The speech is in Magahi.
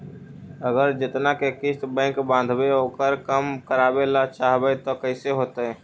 अगर जेतना के किस्त बैक बाँधबे ओकर कम करावे ल चाहबै तब कैसे होतै?